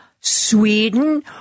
Sweden